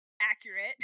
accurate